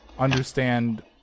understand